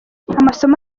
amasomo